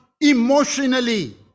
emotionally